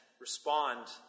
respond